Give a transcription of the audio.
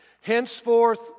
Henceforth